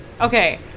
okay